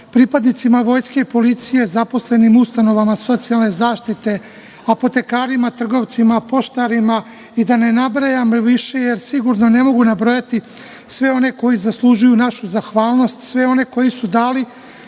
pripadnicima vojske i policije, zaposlenima u ustanovama socijalne zaštite, apotekarima, trgovcima, poštarima i da ne nabrajam više, jer sigurno ne mogu nabrojati sve one koji zaslužuju našu zahvalnost, sve one koji su dali